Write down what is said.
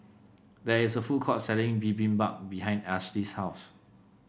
there is a food court selling Bibimbap behind Ashli's house